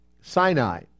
Sinai